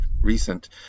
recent